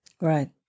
Right